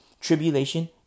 tribulation